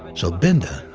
and so binda,